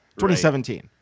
2017